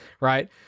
Right